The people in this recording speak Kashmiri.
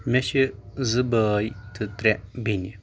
مےٚ چھِ زٕ بٲے تہٕ ترٛےّ بیٚنہِ